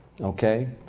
Okay